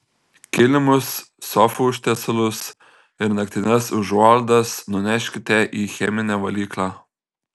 kilimus sofų užtiesalus ir naktines užuolaidas nuneškite į cheminę valyklą